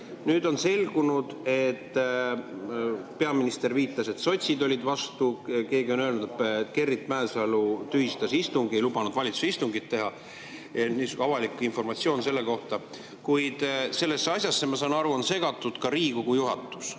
Nüüd on selgunud, peaminister viitas, et sotsid olid vastu. Keegi on öelnud, et Gerrit Mäesalu tühistas istungi, ei lubanud valitsuse istungit teha. Niisugune on avalik informatsioon selle kohta. Kuid sellesse asjasse, ma saan aru, on segatud ka Riigikogu juhatus.